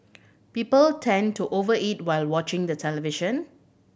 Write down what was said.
people tend to over eat while watching the television